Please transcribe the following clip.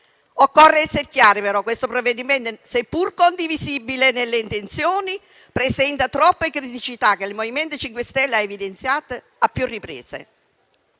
tuttavia essere chiari. Questo provvedimento, seppur condivisibile nelle intenzioni, presenta troppe criticità che il MoVimento 5 Stelle ha evidenziato a più riprese.